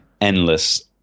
endless